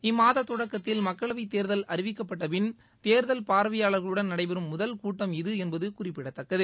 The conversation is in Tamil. இம்மாத தொடக்கத்தில் மக்களவை தேர்தல் அறிவிக்கப்பட்ட பின் தேர்தல் பார்வையார்களுடன் நடைபெறும் முதல் கூட்டம் இது என்பது குறிப்பிடத்தக்கது